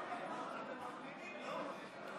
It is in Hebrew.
תגיד לי, אתה